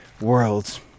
worlds